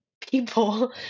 people